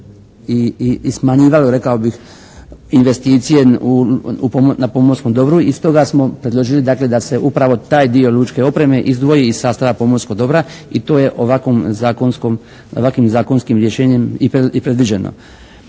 i smanjivalo rekao bih investicije na pomorskom dobru. I stoga smo predložili da se upravo taj dio lučke opreme izdvoji iz sastava pomorskog dobra i to je ovakvim zakonskim rješenjem i predviđeno.